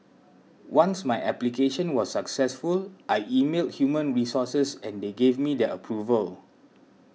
once my application was successful I emailed human resources and they gave me their approval